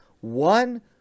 one